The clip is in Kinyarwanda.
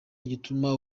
igituma